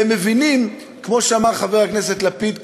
והם מבינים, כמו שאמר חבר הכנסת לפיד קודם,